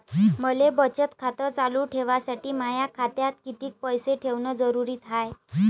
मले बचत खातं चालू ठेवासाठी माया खात्यात कितीक पैसे ठेवण जरुरीच हाय?